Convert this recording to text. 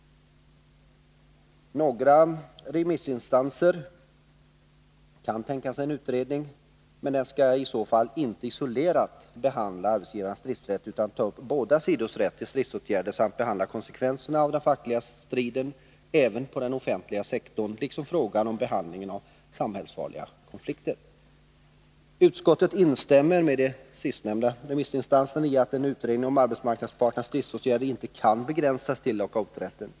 Några remissinstanser kan tänka sig en utredning, men den skall i så fall inte isolerat behandla arbetsgivarnas stridsrätt utan ta upp båda sidors rätt till stridsåtgärder samt behandla konsekvenserna av den fackliga striden även på den offentliga sektorn liksom frågan om behandlingen av samhällsfarliga konflikter. Utskottet instämmer med de sistnämnda remissinstanserna i att en utredning om arbetsmarknadsparternas stridsåtgärder inte kan begränsas till lockouträtten.